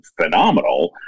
phenomenal